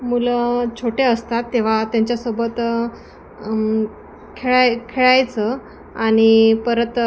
मुलं छोटे असतात तेव्हा त्यांच्यासोबत खेळाय खेळायचं आणि परत